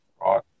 right